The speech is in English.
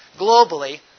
Globally